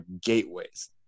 gateways